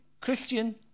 Christian